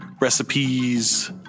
recipes